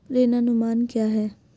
ऋण अनुमान क्या है?